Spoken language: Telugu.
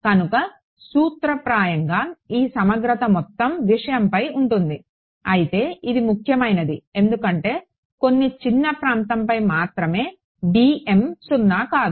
కనుక సూత్రప్రాయంగా ఈ సమగ్రత మొత్తం విషయంపై ఉంటుంది అయితే ఇది ముఖ్యమైనది ఎందుకంటే కొన్ని చిన్న ప్రాంతంపై మాత్రమే సున్నా కాదు